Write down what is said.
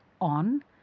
on